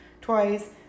twice